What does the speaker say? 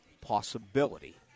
possibility